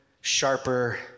sharper